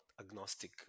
agnostic